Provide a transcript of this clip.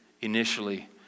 initially